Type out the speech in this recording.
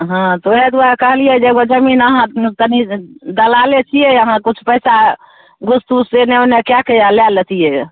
हँ तऽ ओएह दुआरे कहलियै जे जमीन अहाँ तनी दलाले छियै अहाँ किछु पैसा घुस तुस एने ओने कएके आओर लै लेतियै रऽ